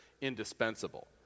indispensable